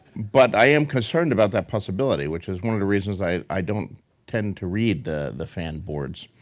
but i am concerned about that possibility, which is one of the reasons i i don't tend to read the the fan boards.